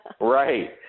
Right